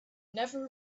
never